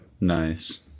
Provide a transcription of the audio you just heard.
nice